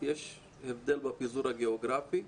יש הבדל בפיזור הגיאוגרפי?